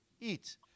eat